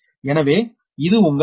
எனவே இது உங்கள் 12